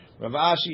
Ravashi